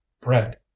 Bread